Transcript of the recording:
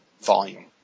volume